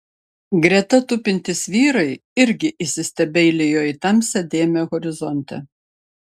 greta tupintys vyrai irgi įsistebeilijo į tamsią dėmę horizonte